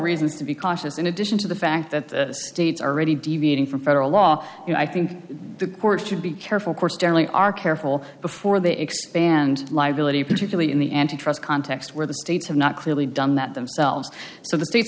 reasons to be cautious in addition to the fact that states are already deviating from federal law and i think the court should be careful course generally are careful before they expand liability particularly in the antitrust context where the states have not clearly done that themselves so the states